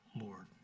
Lord